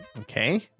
Okay